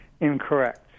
incorrect